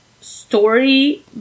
story